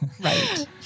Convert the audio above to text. Right